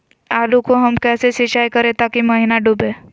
आलू को हम कैसे सिंचाई करे ताकी महिना डूबे?